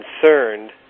concerned